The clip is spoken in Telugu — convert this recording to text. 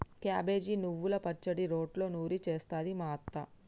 క్యాబేజి నువ్వల పచ్చడి రోట్లో నూరి చేస్తది మా అత్త